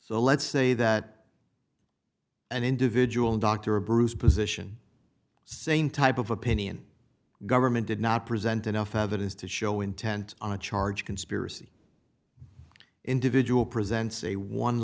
so let's say that an individual dr bruce position same type of opinion government did not present enough evidence to show intent on a charge conspiracy individual presents a one